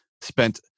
spent